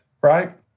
right